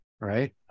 right